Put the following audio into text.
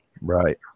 Right